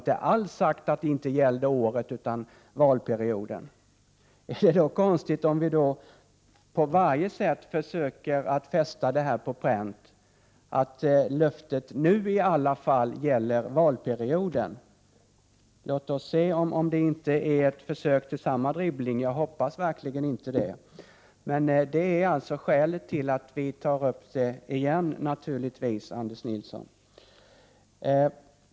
Då handlade det om året, inte valperioden. Är det då konstigt om vi på varje sätt försöker fästa på pränt att löftet nu åtminstone gäller valperioden? Låt oss hoppas att inte detta är ett försök till samma sorts dribbling som då. Jag hoppas verkligen inte det. Men det är alltså skälet till att vi tar upp detta igen.